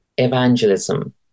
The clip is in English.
Evangelism